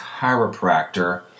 chiropractor